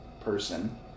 person